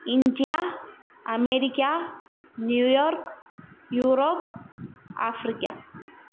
India America New York Europe Africa